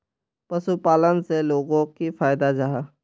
पशुपालन से लोगोक की फायदा जाहा?